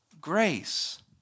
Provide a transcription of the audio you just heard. Grace